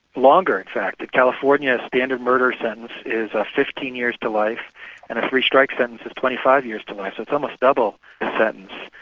longer in fact. in california standard murder sentence is ah fifteen years to life and a three-strike sentence is twenty five years to life. so it's almost double the sentence.